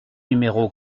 numéro